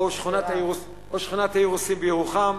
או "שכונת האירוסים" בירוחם.